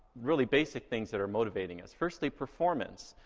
really basic things that are motivating us. firstly, performance.